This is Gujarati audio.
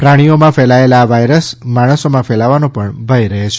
પ્રાણીઓમાં ફેલાયેલા આ વાઇરસ માણસોમાં ફેલાવાનો પણ ભય રહે છે